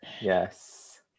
Yes